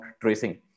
tracing